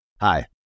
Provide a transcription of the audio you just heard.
Hi